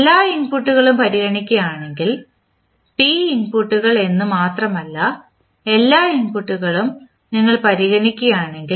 എല്ലാ ഇൻപുട്ടുകളും പരിഗണിക്കുകയാണെങ്കിൽ p ഇൻപുട്ടുകൾ എന്നും മാത്രമല്ല എല്ലാ ഇൻപുട്ടുകളും നിങ്ങൾ പരിഗണിക്കുകയാണെങ്കിൽ